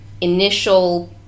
initial